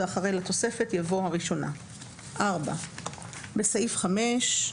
ואחרי "לתוספת" יבוא "הראשונה"; (4)בסעיף 5,